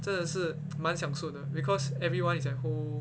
真的是蛮享受的 because everyone is at home